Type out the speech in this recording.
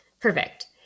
Perfect